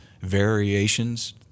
variations